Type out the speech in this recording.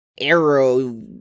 arrow